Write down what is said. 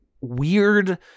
weird